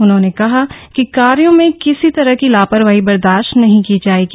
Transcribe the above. उन्होंने कहा कि कार्यो में किसी तरह की लापरवाही बर्दाश्त नहीं की जाएगी